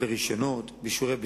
רשיונות ואישורי בנייה.